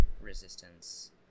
resistance